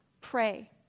pray